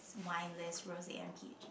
wine list rose and peach